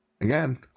Again